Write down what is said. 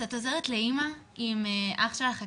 אז את עוזרת לאימא עם אח שלך הקטן.